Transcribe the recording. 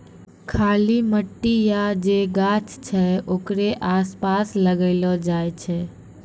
खाली मट्टी या जे गाछ छै ओकरे आसपास लगैलो जाय छै